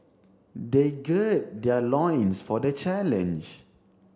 they gird their loins for the challenge